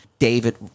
David